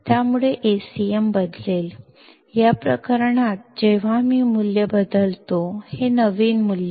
त्यामुळे Acm बदलेल या प्रकरणात जेव्हा मी मूल्य बदलतो हे नवीन मूल्य आहे 0